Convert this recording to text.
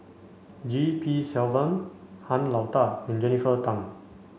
G P Selvam Han Lao Da and Jennifer Tham